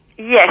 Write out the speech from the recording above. Yes